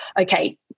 okay